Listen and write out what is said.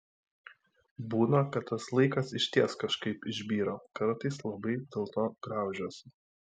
būna kad tas laikas išties kažkaip išbyra kartais labai dėlto graužiuosi